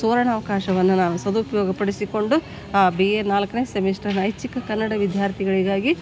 ಸುವರ್ಣ ಅವಕಾಶವನ್ನ ನಾನು ಸದುಪಯೋಗಪಡಿಸಿಕೊಂಡು ಬಿ ಎ ನಾಲ್ಕನೇ ಸೆಮಿಸ್ಟರ್ನ ಐಚ್ಛಿಕ ಕನ್ನಡ ವಿದ್ಯಾರ್ಥಿಗಳಿಗಾಗಿ